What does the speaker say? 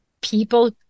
people